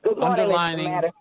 Underlining